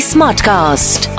Smartcast